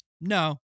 no